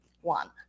one